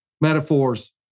metaphors